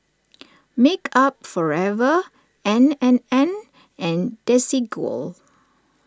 Makeup Forever N and N and Desigual